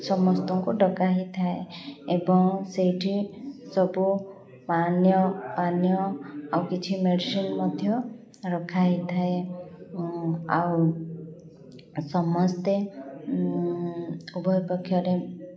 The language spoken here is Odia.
ସମସ୍ତଙ୍କୁ ଡକା ହେଇଥାଏ ଏବଂ ସେଇଠି ସବୁ ପାନୀୟ ପାନୀୟ ଆଉ କିଛି ମେଡ଼ିସିନ୍ ମଧ୍ୟ ରଖା ହେଇଥାଏ ଆଉ ସମସ୍ତେ ଉଭୟପକ୍ଷରେ